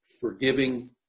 Forgiving